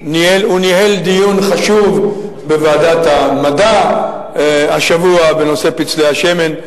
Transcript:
הוא ניהל דיון חשוב בוועדת המדע השבוע בנושא פצלי השמן,